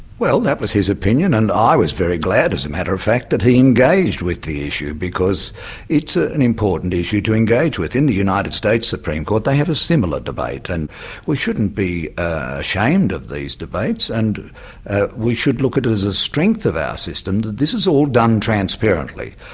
well that was his opinion, and i was very glad as a matter of fact that he engaged with the issue, because it's an important issue to engage with. in the united states supreme court they have a similar debate, and we shouldn't be ashamed of these debates, and we should look at it as a strength of our system, that this is all done transparently.